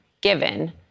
given